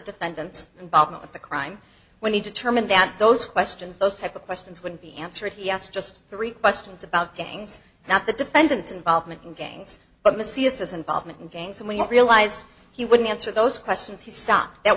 defendant's involvement with the crime when he determined that those questions those type of questions would be answered he asked just three questions about gangs not the defendants involvement in gangs but mysie is involvement in gangs and we realized he wouldn't answer those questions he stopped that